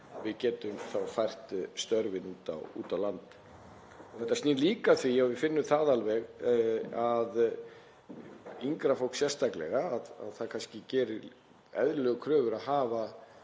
við getum þá fært störfin út á land. Þetta snýr líka að því, og við finnum það alveg að yngra fólk sérstaklega gerir þær eðlilegu kröfur að hafa